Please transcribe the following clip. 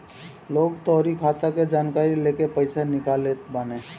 लोग तोहरी खाता के जानकारी लेके पईसा निकाल लेत बाने